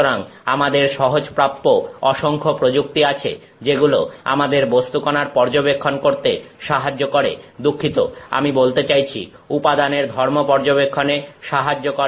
সুতরাং আমাদের সহজপ্রাপ্য অসংখ্য প্রযুক্তি আছে যেগুলো আমাদের বস্তুকণার পর্যবেক্ষণ করতে সাহায্য করে দুঃখিত আমি বলতে চাইছি উপাদানের ধর্ম পর্যবেক্ষণে সাহায্য করে